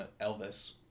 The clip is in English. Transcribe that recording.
Elvis